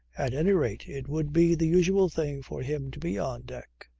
at any rate it would be the usual thing for him to be on deck.